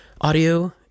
audio